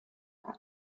hat